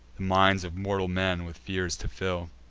minds of mortal men with fears to fill,